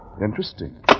Interesting